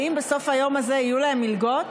האם בסוף היום הזה יהיו להם מלגות?